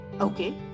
Okay